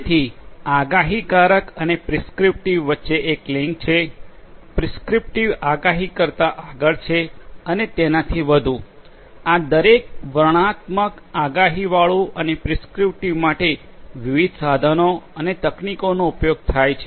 જેથી આગાહીકારક અને પ્રિસ્ક્રિપ્ટિવ વચ્ચે એક લિંક છે પ્રિસ્ક્રિપ્ટિવ આગાહી કરતા આગળ છે અને તેનાથી વધુ આ દરેક વર્ણનાત્મક આગાહીવાળું અને પ્રિસ્ક્રિપ્ટિવ માટે વિવિધ સાધનો અને તકનીકોનો ઉપયોગ થાય છે